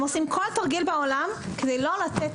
הם עושים כל תרגיל בעולם כדי לא לתת.